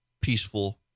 peaceful